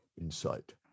insight